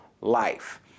life